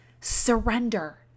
Surrender